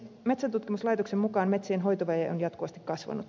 metsäntutkimuslaitoksen mukaan metsien hoitovaje on jatkuvasti kasvanut